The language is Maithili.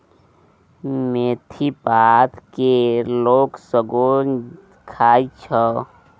मेथी पात केर लोक सागो खाइ छै